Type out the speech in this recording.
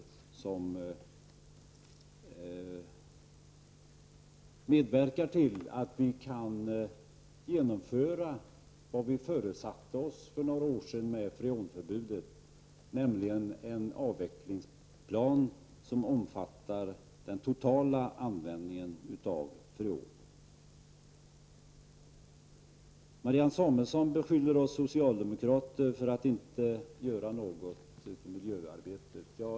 Detta medverkar till att vi kan genomföra det vi förutsatte oss för några år sedan med freonförbudet, nämligen en avvecklingsplan som omfattar den totala användningen av freon. Marianne Samuelsson beskyller oss socialdemokrater för att inte göra något för miljöarbetet.